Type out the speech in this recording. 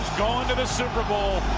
going to the super bowl